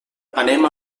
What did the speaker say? anem